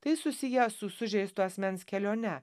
tai susiję su sužeisto asmens kelione